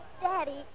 Daddy